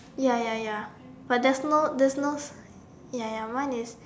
ya ya ya but there's no there's no ya ya mine is